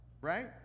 right